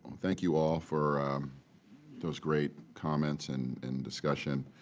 thank you all for those great comments and and discussion.